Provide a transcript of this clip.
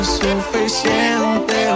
suficiente